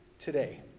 Today